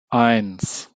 eins